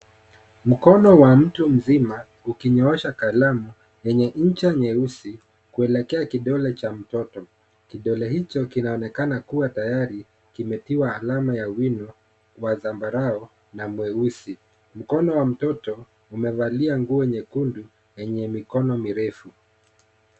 Mkono wa mtu mzima ukinyoosha kalamu yenye ncha nyeusi kuelekea kidole cha mtoto, kidole hicho kinaonekana kuwa tayari kimetiwa alama ya wino wa zambarau na mweusi, mkono wa mtoto umevalia nguo nyekundu yenye mikono mirefu.